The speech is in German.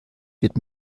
wird